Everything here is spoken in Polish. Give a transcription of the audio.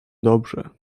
dobrze